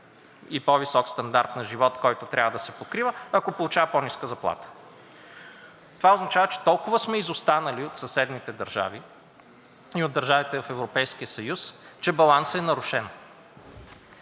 при по-висок стандарт на живот, който трябва да се покрива, ако получава по-ниска заплата. Това означава, че толкова сме изостанали от съседните държави и от държавите в Европейския съюз, че балансът е нарушен.